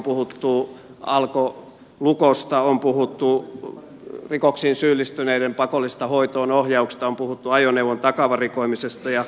on puhuttu alkolukosta on puhuttu rikoksiin syyllistyneiden pakollisesta hoitoonohjauksesta on puhuttu ajoneuvon takavarikoimisesta ja niin edelleen